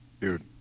Dude